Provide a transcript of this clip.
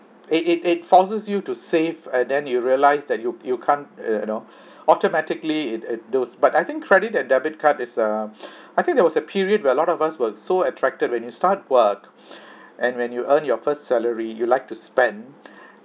it it it forces you to save and then you realise that you you can't uh you know automatically it but I think credit and debit card is uh I think there was a period where a lot of us were so attracted when you start work and when you earn your first salary you'd like to spend